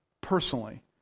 personally